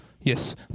Yes